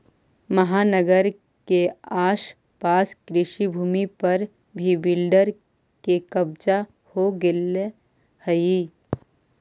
महानगर के आस पास कृषिभूमि पर भी बिल्डर के कब्जा हो गेलऽ हई